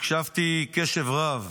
הקשבתי קשב רב